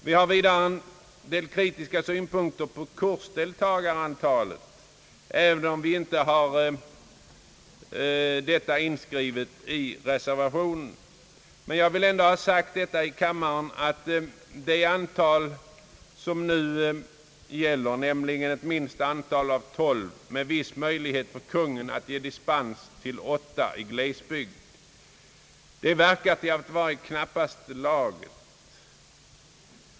Vi har vidare en del kritiska synpunkter på frågan om kursdeltagarantalet, även om den inte har tagits upp i reservationen. Men jag vill ändå i kammaren anföra att det elevantal som nu krävs för upprättande av ämneskurs, nämligen ett genomsnittligt antal av lägst tolv studerande med viss möjlighet för Kungl. Maj:t att ge dispens för ett antal av lägst åtta elever i glesbygd, uppenbarligen är i knappaste laget.